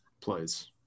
plays